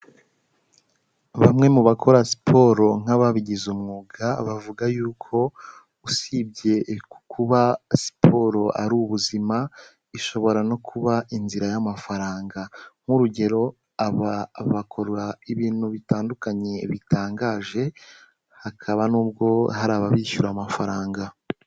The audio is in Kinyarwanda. Bamwe mu bakora siporo nk'ababigize umwuga bavuga yuko usibye kuba siporo ari ubuzima ishobora no kuba inzira y'amafaranga; nk'urugero, aba bakora ibintu bitandukanye bitangaje, hakaba n'ubwo hari ababishyura amafaranga.